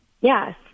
Yes